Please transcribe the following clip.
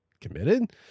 committed